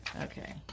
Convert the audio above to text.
Okay